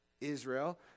Israel